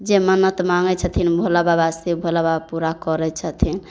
जे मन्नत माँगै छथिन भोलाबाबा से भोलाबाबा पूरा करै छथिन